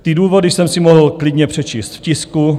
Ty důvody jsem si mohl klidně přečíst v tisku.